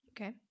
Okay